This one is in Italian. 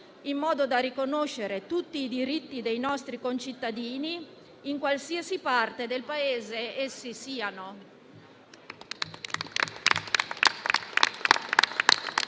in modo da riconoscere tutti i diritti dei nostri concittadini in qualsiasi parte del Paese essi siano.